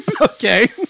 Okay